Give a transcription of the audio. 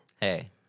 Hey